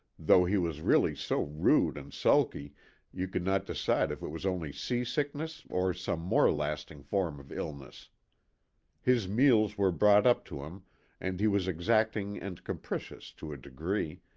though he was really so rude and sulky you could not decide if it was only seasickness or some more lasting form of illness his meals were brought up to him and he was exacting and capricious to a degree,